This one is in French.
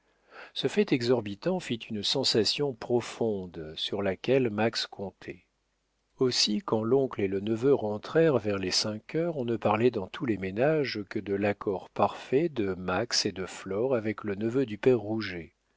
ce fait exorbitant fit une sensation profonde sur laquelle max comptait aussi quand l'oncle et le neveu rentrèrent vers les cinq heures on ne parlait dans tous les ménages que de l'accord parfait de max et de flore avec le neveu du père